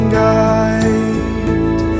guide